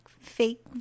fake